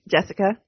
Jessica